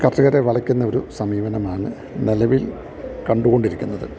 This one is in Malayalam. കർഷകരെ വലയ്ക്കുന്നൊരു സമീപനമാണ് നിലവിൽ കണ്ടുകൊണ്ടിരിക്കുന്നത്